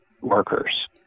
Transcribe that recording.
workers